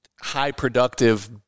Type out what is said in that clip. high-productive